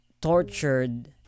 tortured